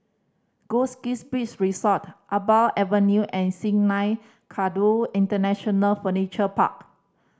Goldkist Beach Resort Iqbal Avenue and Sungei Kadut International Furniture Park